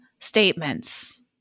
statements